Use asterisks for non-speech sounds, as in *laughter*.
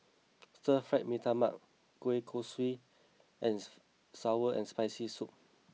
Stir Fried Mee Tai Mak Kueh Kosui and *noise* Sour and Spicy Soup